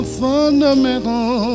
fundamental